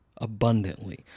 abundantly